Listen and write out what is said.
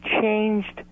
changed